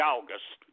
August